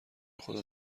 خدا